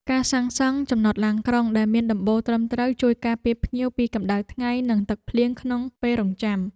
ការសាងសង់ចំណតឡានក្រុងដែលមានដំបូលត្រឹមត្រូវជួយការពារភ្ញៀវពីកម្តៅថ្ងៃនិងទឹកភ្លៀងក្នុងពេលរង់ចាំ។